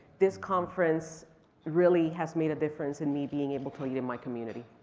this conference really has made a difference in me being able to lead in my community.